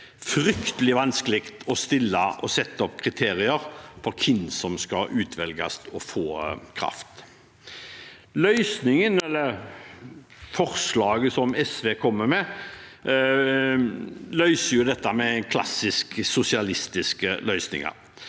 fryktelig vanskelig å stille og sette opp kriterier for hvem som skal utvelges til å få kraft. Forslaget som SV kom med, løser dette med klassiske sosialistiske løsninger.